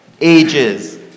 ages